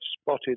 spotted